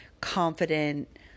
confident